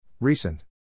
Recent